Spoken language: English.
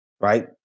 right